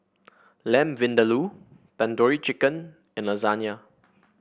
Lamb Vindaloo Tandoori Chicken and Lasagne